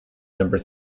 number